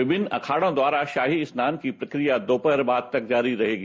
विभिन्न अखाड़ों द्वारा शाही स्नान की प्रक्रिया दोपहर बाद तक जारी रहेगी